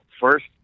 first